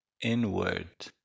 inward